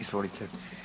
Izvolite.